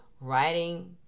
writing